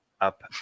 up